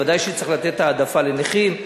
בוודאי שצריך לתת העדפה לנכים.